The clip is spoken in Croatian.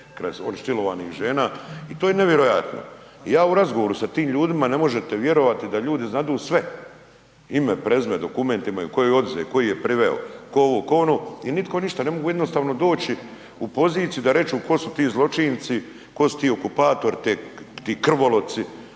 kraj silovanih žena, i to je nevjerojatno. I ja u razgovoru sa tim ljudima, ne možete vjerovati da ljudi znadu sve, ime, prezime, dokumente imaju, ko je oduzet, ko ih je priveo, ko ovo, ko ono, i nitko ništa, ne mogu jednostavno doći u poziciju da da reću ko su ti zločinci, ko su ti okupatori, ti krovoloci,